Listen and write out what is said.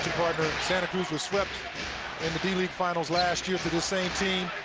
partner, santa cruz was swept in the d-league finals last year for the same team.